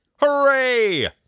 Hooray